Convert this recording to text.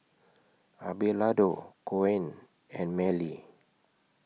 Abelardo Koen and Marely